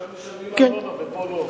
שם משלמים ארנונה ופה לא.